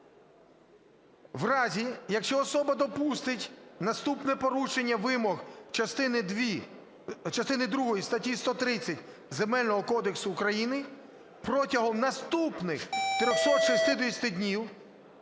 в разі, якщо особа допустить наступне порушення вимог частини другої статті 130 Земельного кодексу України протягом наступних 360 днів